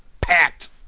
packed